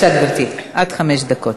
בבקשה, גברתי, עד חמש דקות.